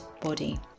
body